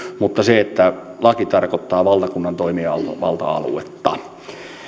mutta laki tarkoittaa valtakunnan toimivalta aluetta